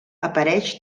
apareix